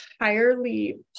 entirely